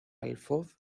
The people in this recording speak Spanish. alfoz